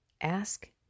ask